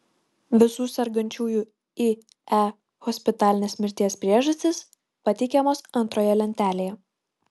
visų sergančiųjų ie hospitalinės mirties priežastys pateikiamos antroje lentelėje